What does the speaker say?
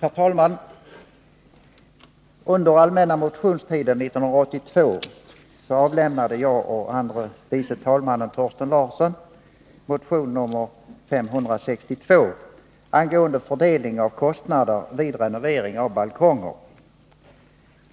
Herr talman! Under allmänna motionstiden 1982 väckte jag och andre vice talmannen Thorsten Larsson motion 1981/82:1562 angående fördelning av kostnader vid renovering av balkonger.